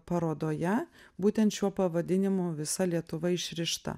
parodoje būtent šiuo pavadinimu visa lietuva išrišta